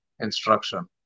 instruction